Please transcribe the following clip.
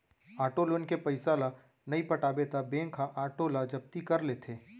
auto loan के पइसा ल नइ पटाबे त बेंक ह आटो ल जब्ती कर लेथे